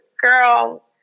girl